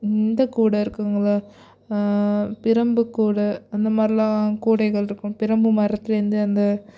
இந்த கூடை இருக்குங்கள்லை பிரம்பு கூடை அந்த மாதிரிலாம் கூடைகளிருக்கும் பிரம்பு மரத்துலேருந்து அந்த